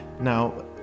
Now